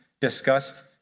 discussed